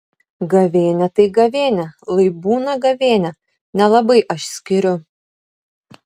gavėnia tai gavėnia lai būna gavėnia nelabai aš skiriu